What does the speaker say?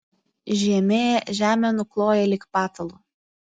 žiemė žemę nukloja lyg patalu